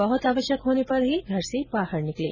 बहुत आवश्यक होने पर ही घर से बाहर निकलें